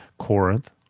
corinth,